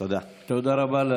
תודה רבה.